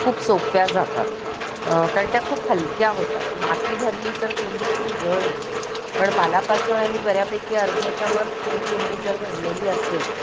खूप सोप्या जातात कारण त्या खूप हलक्या होतात माती भरली तर कुंडी खूप जड होते पण पालापाचोळ्यानी बऱ्यापैकी अर्ध्याच्या वर कुंडी जर भरलेली असेल